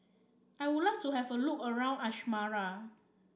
I would like to have a look around Asmara